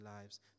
lives